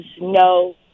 no